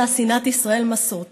אותה שנאת ישראל מסורתית.